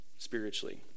Spiritually